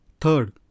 Third